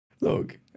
Look